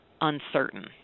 uncertain